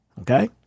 Okay